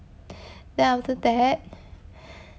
then after that